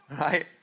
right